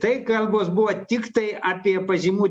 tai kalbos buvo tiktai apie pažymų